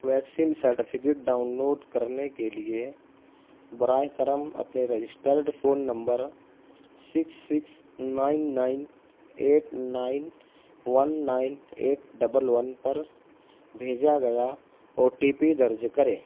vaccine certificate download کرنے کے لیے براہِ کرم اپنے registered phone number six six nine nine eight nine one nine eight double one پر بھیجا گیا او ٹی پی درج کریں